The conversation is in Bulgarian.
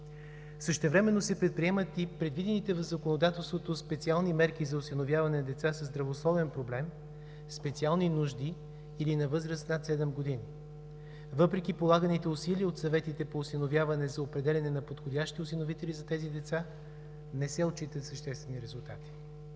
Същевременно се предприемат и предвидените в законодателството специални мерки за осиновяване на деца със здравословен проблем, специални нужди или на възраст над 7 години. Въпреки полаганите усилия от съветите по осиновяване за определяне на подходящи осиновители за тези деца, не се отчитат съществени резултати.